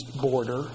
border